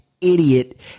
idiot